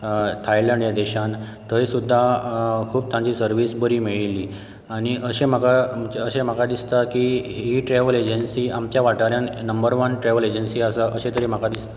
Thailand ह्या देशान थंय सुदां खूब तांची सर्विस बरी मेळ्ळीली आनी अशें म्हाका म्हणजे अशे म्हाका दिसतात की ही ट्रेवल एजेन्सी आमच्या वाठारांत नंबर वन ट्रेवल एजेन्सी आसा अशें तरी म्हाका दिसता